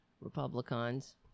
republicans